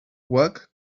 work